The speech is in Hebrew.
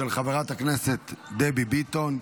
של חברת הכנסת דבי ביטון.